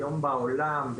היום בעולם,